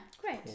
great